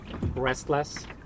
restless